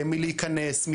להיכנס,